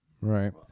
right